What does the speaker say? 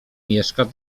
mieszka